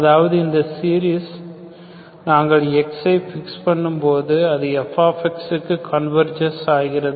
அதாவது இந்த சீரிஸ் நீங்கள் x ஐ பிக்ஸ் பண்ணும் போது அது f க்கு கன்வர்ஜென்ஸ் ஆகிறது